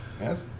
Yes